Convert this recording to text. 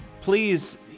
please